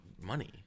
money